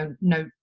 no